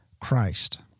Christ